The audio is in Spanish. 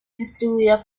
distribuida